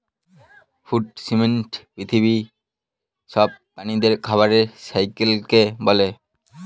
food system পৃথিবীর সব প্রাণীদের খাবারের সাইকেলকে বলে